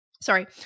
sorry